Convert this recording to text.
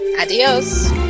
adios